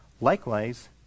Likewise